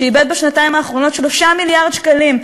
שאיבד בשנתיים האחרונות 3 מיליארד שקלים,